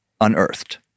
unearthed